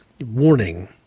warning